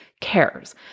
cares